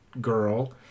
girl